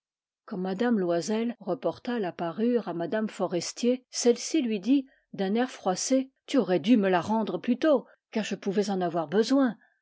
loisel reporta la parure à yjme forestier celle-ci lui dit d'un air froissé tu aurais dû me la rendre plus tôt car je pouvais en avoir besoin